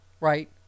Right